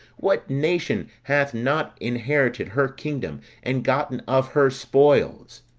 what nation hath not inherited her kingdom, and gotten of her spoils?